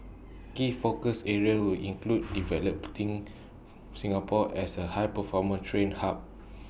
key focus areas will include developing Singapore as A high performance training hub